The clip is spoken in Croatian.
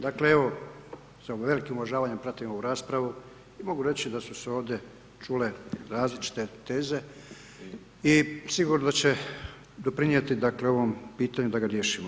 Dakle evo sa jednim veliki uvažavanjem pratim ovu raspravu i mogu reći da su se ovdje čule različite teze i sigurno da će doprinijeti dakle ovom pitanju da ga riješimo.